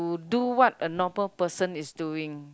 do what a normal person is doing